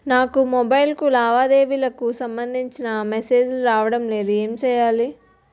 నాకు మొబైల్ కు లావాదేవీలకు సంబందించిన మేసేజిలు రావడం లేదు ఏంటి చేయాలి?